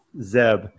zeb